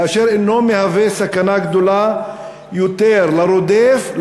כאשר אינו מהווה סכנה גדולה יותר לרודף,